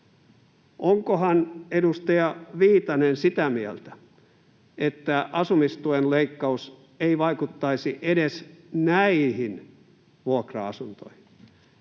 Onkohan edustaja Viitanen sitä mieltä, että asumistuen leikkaus ei vaikuttaisi edes näihin vuokra-asuntoihin?